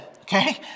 okay